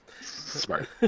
Smart